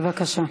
בבקשה.